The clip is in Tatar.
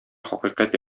хакыйкать